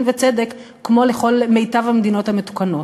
וצדק כמו לכל מיטב המדינות המתוקנות.